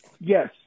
Yes